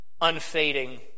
unfading